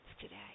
today